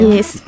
Yes